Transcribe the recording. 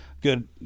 good